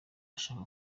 ashaka